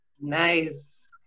Nice